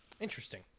Interesting